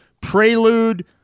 prelude